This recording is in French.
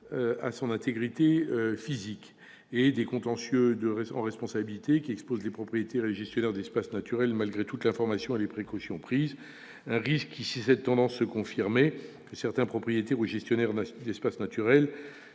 à son intégrité physique ... Les contentieux en responsabilité exposent les propriétaires et gestionnaires d'espaces naturels, malgré toute l'information fournie et les précautions prises. Si cette tendance se confirmait, certains propriétaires ou gestionnaires d'espaces naturels